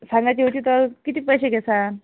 सांगायची होती तर किती पैसे घेसान